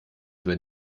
wenn